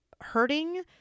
hurting